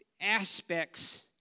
aspects